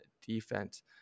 defense